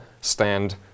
stand